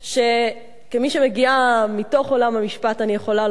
כמי שמגיעה מתוך עולם המשפט אני יכולה לומר,